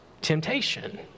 temptation